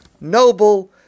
Noble